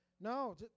No